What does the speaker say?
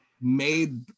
made